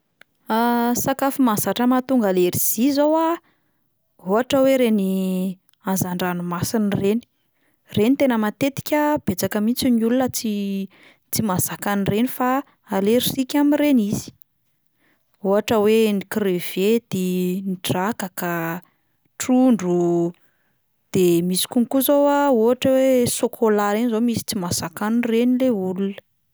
Sakafo mahazatra mahatonga alerzia zao a, ohatra hoe reny hazan-dranomasina ireny, ireny tena matetika betsaka mihitsy ny olona tsy- tsy mahazaka an'ireny fa alerzika amin'ireny izy, ohatra hoe ny crevettes, ny drakaka, trondro, de misy konko zao a ohatra hoe sôkôla ireny zao misy tsy mahazaka an'ireny le olona.